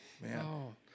Man